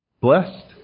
Blessed